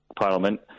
Parliament